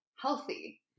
healthy